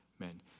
Amen